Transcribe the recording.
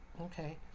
okay